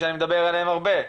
שאני מדבר עליהם הרבה,